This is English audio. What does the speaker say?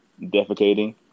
defecating